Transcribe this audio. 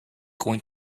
going